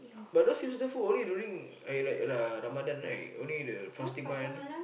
but those hipster food only during like like uh Ramadan right only the fasting month